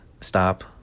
stop